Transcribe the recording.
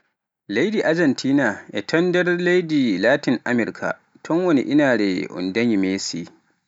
Leydi Ajentina, e ton nder leyɗe Latin Amirk, ton woni inaare un danyi Messi.